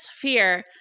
fear